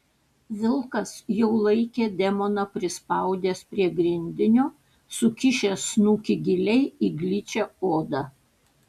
vilkas jau laikė demoną prispaudęs prie grindinio sukišęs snukį giliai į gličią odą